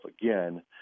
again